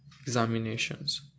examinations